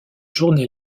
journée